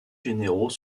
généraux